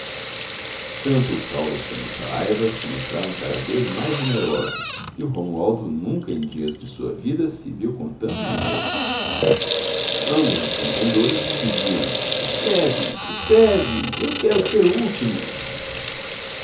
o caldas como o saraiva se mostraram cada vez mais generosos e o romualdo nunca em dias de sua vida se viu com tanto dinheiro ambos os contendores lhe diziam escreve escreve eu quero ser o último